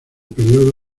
período